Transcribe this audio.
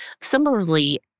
Similarly